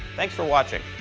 thanks for watching.